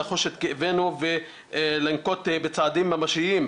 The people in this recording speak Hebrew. לחוש את כאבנו ולנקוט בצעדים ממשיים,